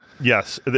Yes